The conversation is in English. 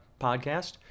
podcast